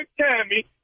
Tammy